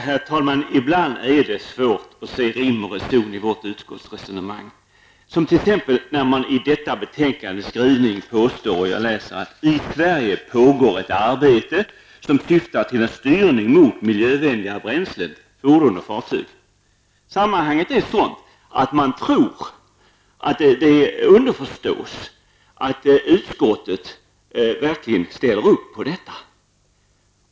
Herr talman! Ibland är det svårt att finna rim och reson i vårt utskotts resonemang. Man skriver t.ex. i detta betänkande att det i Sverige pågår ett arbete som syftar till en styrning mot miljövänligare bränslen, fordon och fartyg. Sammanhanget är sådant att man kan tro att det underförstås att utskottet verkligen ställer upp på detta.